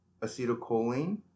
acetylcholine